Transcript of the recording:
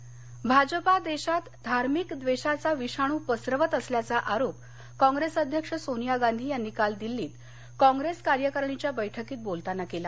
सोनिया आरोप भाजपा देशात धार्मिक द्वेषाचा विषाणू पसरवत असल्याचा आरोप काँग्रेस अध्यक्ष सोनिया गांधी यांनी काल दिल्लीत कॉप्रेस कार्यकारिणीच्या बैठकीत बोलताना केला